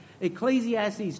Ecclesiastes